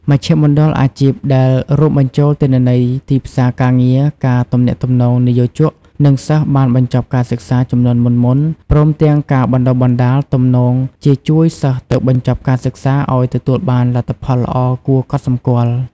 មជ្ឈមណ្ឌលអាជីពដែលរួមបញ្ចូលទិន្នន័យទីផ្សារការងារ ការទំនាក់ទំនងនិយោជក និងសិស្សបានបញ្ចប់ការសិក្សាជំនាន់មុនៗ ព្រមទាំងការបណ្តុះបណ្តាល ទំនងជាជួយសិស្សទើបបញ្ចប់ការសិក្សាឱ្យទទួលបានលទ្ធផលល្អគួរកត់សម្គាល់។